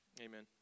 Amen